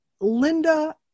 Linda